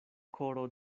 koro